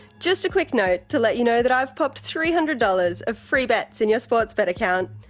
just a quick note to let you know that i've popped three hundred dollars of free bets in your sportsbet account.